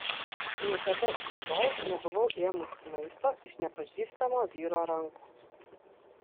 niekada iki tol nebuvau ėmusi maisto iš nepažįstamo vyro rankų